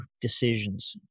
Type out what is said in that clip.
decisions